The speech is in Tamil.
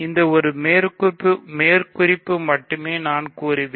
இந்த ஒரு மேற்குறிப்பு மட்டுமே கூறுவேன்